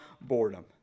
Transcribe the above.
boredom